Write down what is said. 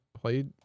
played